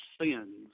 sins